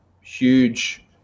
huge